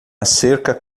cerca